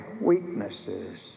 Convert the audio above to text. weaknesses